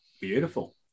Beautiful